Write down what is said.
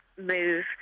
move